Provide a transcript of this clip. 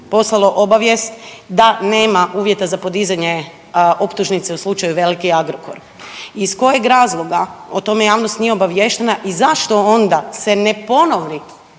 poslalo obavijest da nema uvjeta za podizanje optužnice u slučaju „Veliki Agrokor“? Iz kojeg razloga o tome javnost nije obaviještena i zašto onda se ne ponovi